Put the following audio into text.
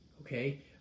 Okay